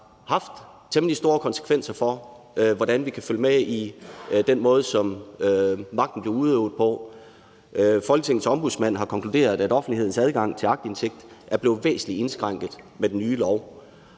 har haft temmelig store konsekvenser for, hvordan vi kan følge med i den måde, som magten bliver udøvet på. Folketingets Ombudsmand har konkluderet, at offentlighedens adgang til aktindsigt er blevet væsentlig indskrænket med den nye lov.